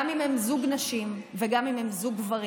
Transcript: גם אם הן זוג נשים וגם אם הם זוג גברים.